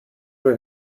her